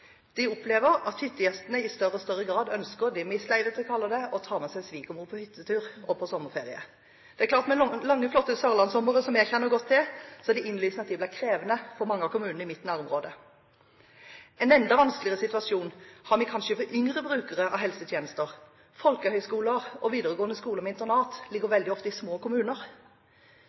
de opplever at hyttegjestene i større og større grad ønsker – det vi sleivete kaller det – å ta med seg svigermor på hyttetur og på sommerferie. Det er klart at med lange og flotte sørlandssomre, som jeg kjenner godt til, er det innlysende at det blir krevende for mange av kommunene i mitt nærområde. En enda vanskeligere situasjon har vi kanskje for yngre brukere av helsetjenester. Folkehøyskoler og videregående skoler med internat ligger veldig ofte i små kommuner.